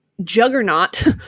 juggernaut